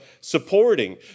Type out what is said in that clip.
supporting